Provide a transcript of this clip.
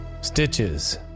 Stitches